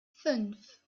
fünf